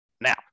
Now